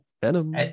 Venom